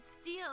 steal